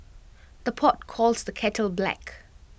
the pot calls the kettle black